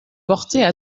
portaient